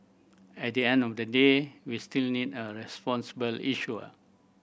at the end of the day we still need a responsible issuer